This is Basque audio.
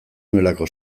nuelako